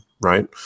right